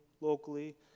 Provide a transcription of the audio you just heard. locally